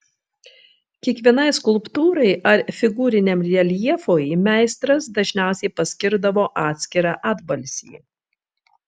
kiekvienai skulptūrai ar figūriniam reljefui meistras dažniausiai paskirdavo atskirą atbalsį